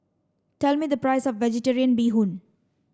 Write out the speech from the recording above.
tell me the price of vegetarian bee Hoon